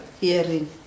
Hearing